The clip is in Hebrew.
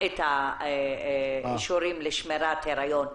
את האישורים על שמירת היריון.